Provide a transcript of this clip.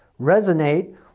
resonate